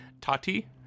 Tati